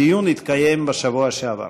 הדיון התקיים בשבוע שעבר.